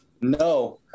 No